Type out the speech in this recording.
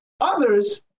Others